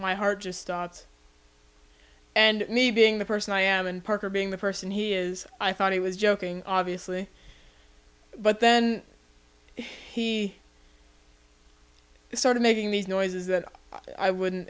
my heart just starts and me being the person i am and parker being the person he is i thought he was joking obviously but then he started making these noises that i wouldn't